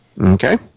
okay